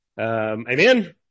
amen